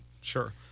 Sure